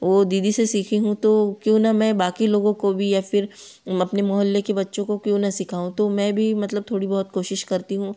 वो दीदी से सीखी हूँ तो क्यों ना मैं बाक़ी लोगों को भी या फिर हम अपने मोहल्ले के बच्चों को क्यों ना सिखाऊँ तो मै भी थोड़ी बहुत कोशिश करती हूँ